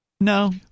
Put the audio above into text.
no